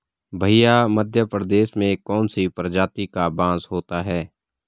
भैया मध्य प्रदेश में कौन सी प्रजाति का बांस होता है?